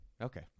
Okay